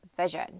vision